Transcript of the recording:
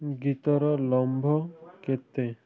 ଗୀତର ଲମ୍ବ କେତେ